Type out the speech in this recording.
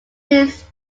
race